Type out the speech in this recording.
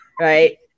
right